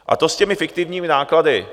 A to s těmi fiktivními náklady...